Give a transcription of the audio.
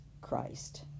christ